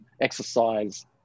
exercise